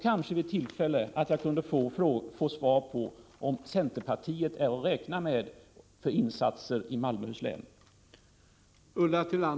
Kanske jag vid tillfälle kunde få besked, om centerpartiet är att räkna med för insatser i Malmöhus län.